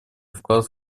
вклад